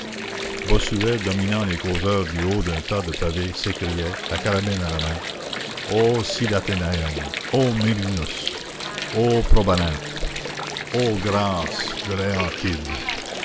bossuet dominant les causeurs du haut d'un tas de pavés s'écriait la carabine à la main ô cydathenæum ô myrrhinus ô probalinthe ô grâces de l'aeantide